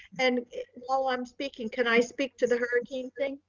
and while i'm speaking, can i speak to the hurricane thing?